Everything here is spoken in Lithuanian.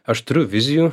aš turiu vizijų